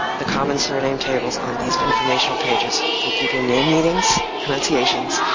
the common surname tables on these informational pages will give you name meanings, pronunciations,